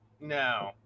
no